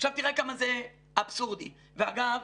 עכשיו תראה כמה זה אבסורדי, ואגב,